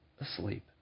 asleep